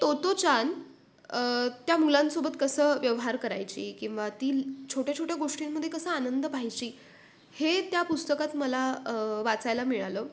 Tottochan त्या मुलांसोबत कसं व्यवहार करायची किंवा ती छोट्या छोट्या गोष्टींमध्ये कसं आनंद पाह्यची हे त्या पुस्तकात मला वाचायला मिळालं